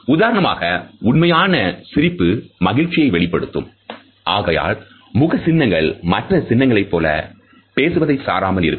உதாரணமாக உண்மையான சிரிப்பு மகிழ்ச்சியை வெளிப்படுத்தும் ஆகையால் முக சின்னங்கள் மற்ற சின்னங்களைப் போல பேசுவதை சாராமல் இருக்கும்